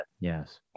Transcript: yes